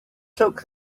took